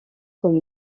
comme